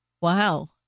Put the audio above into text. Wow